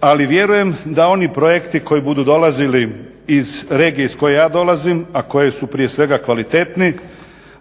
ali vjerujem da oni projekti koji budu dolazili iz regije iz koje ja dolazim a koji su prije svega kvalitetni